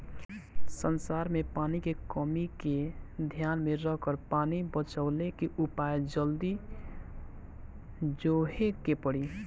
संसार में पानी के कमी के ध्यान में रखकर पानी बचवले के उपाय जल्दी जोहे के पड़ी